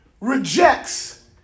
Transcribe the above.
rejects